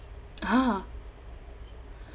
(uh huh)